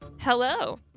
hello